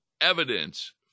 evidence